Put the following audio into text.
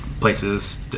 places